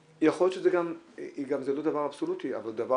יכול להיות שזה גם לא דבר אבסולוטי אבל דבר